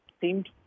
seemed